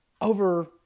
over